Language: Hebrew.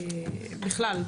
בכלל,